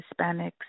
Hispanics